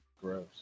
gross